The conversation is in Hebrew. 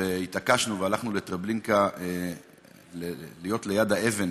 והתעקשנו והלכנו לטרבלינקה להיות ליד האבן